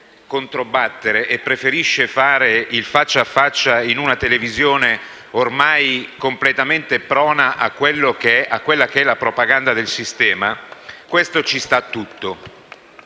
e preferisca fare un faccia a faccia in una televisione ormai completamente prona alla propaganda del sistema ci sta tutto.